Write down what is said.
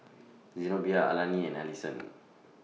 Zenobia Alani and Allison